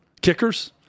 Kickers